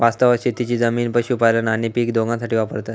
वास्तवात शेतीची जमीन पशुपालन आणि पीक दोघांसाठी वापरतत